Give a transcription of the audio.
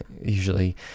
usually